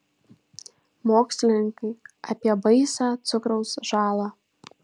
mokslininkai apie baisią cukraus žalą